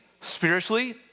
spiritually